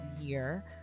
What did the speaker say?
year